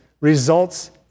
results